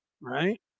right